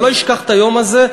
אני לא אשכח את היום הזה.